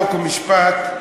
חוק ומשפט,